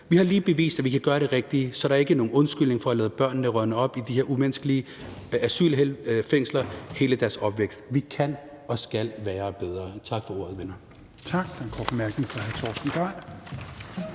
Vi har lige bevist, at vi kan gøre det rigtige, så der er ikke nogen undskyldning for at lade børnene rådne op i de her umenneskelige asylfængsler hele deres opvækst. Vi kan og skal være bedre. Tak for ordet, venner.